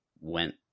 went